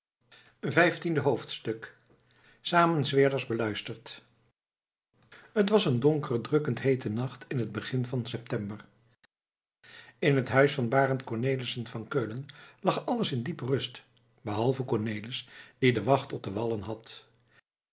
vijftiende hoofdstuk samenzweerders beluisterd het was een donkere drukkend heete nacht in het begin van september in het huis van barend cornelissen van keulen lag alles in diepe rust behalve cornelis die de wacht op de wallen had